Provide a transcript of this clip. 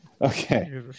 Okay